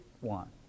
One